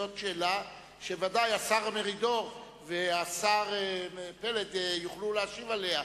זאת שאלה שבוודאי השר מרידור והשר פלד יוכלו להשיב עליה,